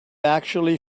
actually